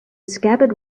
scabbard